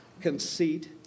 conceit